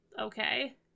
okay